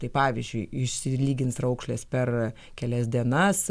tai pavyzdžiui išsilygins raukšlės per kelias dienas